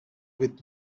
with